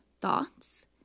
thoughts